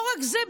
לא רק זה,